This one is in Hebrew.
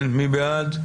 מי בעד?